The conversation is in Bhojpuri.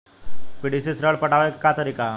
पी.डी.सी से ऋण पटावे के का तरीका ह?